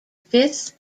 fifth